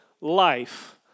life